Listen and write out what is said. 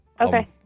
okay